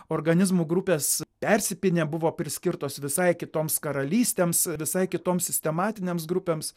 organizmų grupės persipynė buvo priskirtos visai kitoms karalystėms visai kitoms sistematinėms grupėms